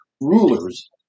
rulers